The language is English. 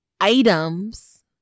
items